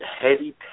heavy